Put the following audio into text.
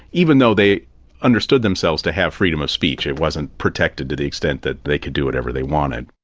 even though they understood themselves to have freedom of speech, it wasn't protected to the extent that they could do whatever they wanted.